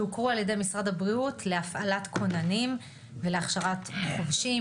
שהוכרו על ידי משרד הבריאות להפעלת כוננים ולהכשרת חובשים,